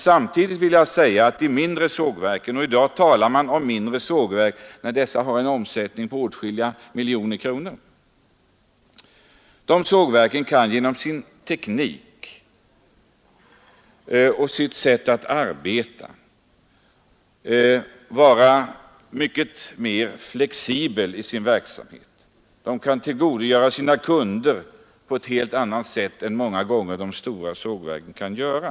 Samtidigt vill jag säga att de mindre sågverken — i dag talar man om mindre sågverk, fastän dessa har en omsättning på åtskilliga miljoner kronor — genom sin teknik och sitt sätt att arbeta kan vara mycket mer flexibla i sin verksamhet. De kan många gånger tillgodose sina kunder på ett helt annat sätt än de stora sågverken kan göra.